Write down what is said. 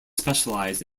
specialized